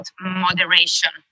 moderation